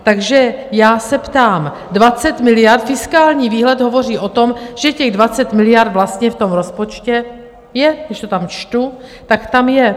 Takže já se ptám, 20 miliard, fiskální výhled hovoří o tom, že těch 20 miliard vlastně v tom rozpočtu je, když to tam čtu, tak tam je.